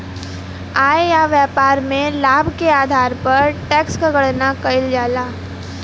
आय या व्यापार में लाभ के आधार पर टैक्स क गणना कइल जाला